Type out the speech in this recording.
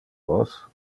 vos